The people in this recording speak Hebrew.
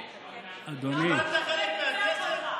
שקט, שקט, קיבלת חלק מהכסף?